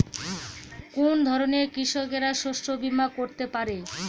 কোন ধরনের কৃষকরা শস্য বীমা করতে পারে?